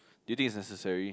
do you think it's necessary